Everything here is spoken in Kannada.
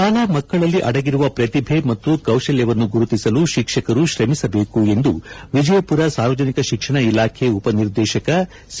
ಶಾಲಾ ಮಕ್ಕಳಲ್ಲಿ ಅಡಗಿರುವ ಪ್ರತಿಭೆ ಮತ್ತು ಕೌಶಲ್ಯವನ್ನು ಗುರುತಿಸಲು ಶಿಕ್ಷಕರು ಶ್ರಮಿಸಬೇಕು ಎಂದು ವಿಜಯಪುರ ಸಾರ್ವಜನಿಕ ಶಿಕ್ಷಣ ಇಲಾಖೆ ಉಪನಿರ್ದೇಶಕ ಸಿ